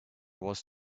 was